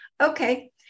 okay